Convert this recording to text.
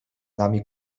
nami